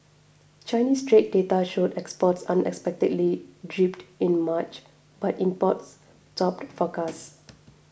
Chinese trade data showed exports unexpectedly dipped in March but imports topped forecasts